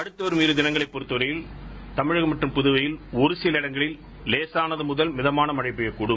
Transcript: அடுத்தவரும் இந திளங்களை பொறுத்தவரையில் தமிழகம் மற்றம் புதுவையில் ஒர சில இடங்களில் லேசானது முதல் மிதமான மழை பெய்யக்கூடும்